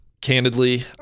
Candidly